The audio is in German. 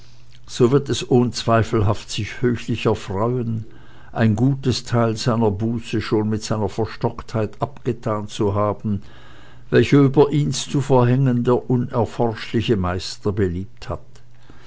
so wird es ohnzweifelhaft sich höchlich erfreuen ein gutes theil seiner buße schon mit seiner verstocktheit abgethan zu haben welche über ihn's zu verhängen der unerforschliche meister beliebt hat